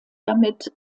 damit